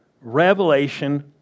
revelation